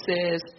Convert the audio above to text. says